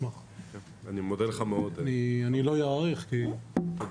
ואני לא נכנסת לזה כי לא זאת